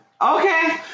Okay